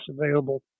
available